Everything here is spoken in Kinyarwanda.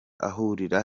ahurira